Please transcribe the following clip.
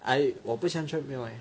I 我不喜欢 treadmill leh